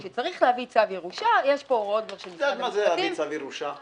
כשצריך להביא צו ירושה --- את יודעת מה זה להביא צו ירושה?